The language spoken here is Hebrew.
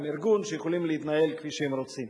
הם יכולים להתנהל כפי שהם רוצים.